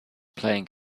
playing